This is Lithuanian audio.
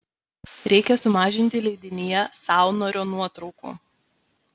reikia sumažinti leidinyje saunorio nuotraukų